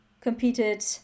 competed